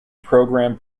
program